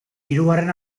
hirugarren